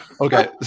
Okay